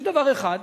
יש דבר אחד,